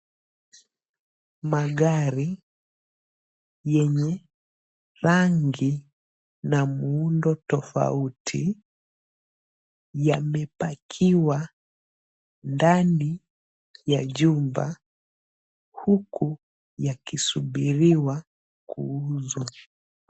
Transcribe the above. Magari yenye rangi na muundo tofauti yamepakiwa ndani ya jumba huku yakisubiriwa kuuzwa.